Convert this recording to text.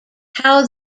how